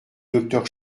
docteur